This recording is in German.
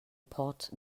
port